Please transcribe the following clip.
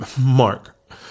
mark